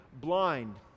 blind